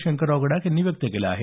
शंकरराव गडाख यांनी व्यक्त केला आहे